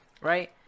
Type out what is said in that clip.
right